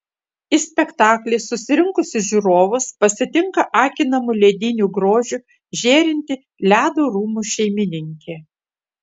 į spektaklį susirinkusius žiūrovus pasitinka akinamu lediniu grožiu žėrinti ledo rūmų šeimininkė